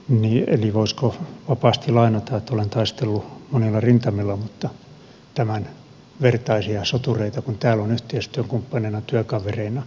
eli voisiko vapaasti lainata että olen taistellut monilla rintamilla mutta tämän vertaisia sotureita kuin täällä on yhteistyökumppaneina työkavereina en ole missään tavannut